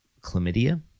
chlamydia